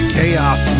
Chaos